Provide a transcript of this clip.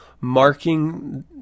marking